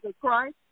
Christ